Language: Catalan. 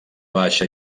baixa